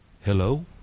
Hello